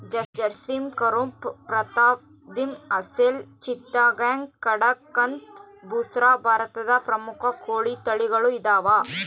ಜರ್ಸಿಮ್ ಕಂರೂಪ ಪ್ರತಾಪ್ಧನ್ ಅಸೆಲ್ ಚಿತ್ತಗಾಂಗ್ ಕಡಕಂಥ್ ಬುಸ್ರಾ ಭಾರತದ ಪ್ರಮುಖ ಕೋಳಿ ತಳಿಗಳು ಇದಾವ